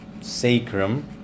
sacrum